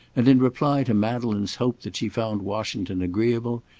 and in reply to madeleine's hope that she found washington agreeable,